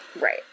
Right